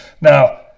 Now